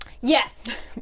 yes